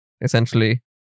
essentially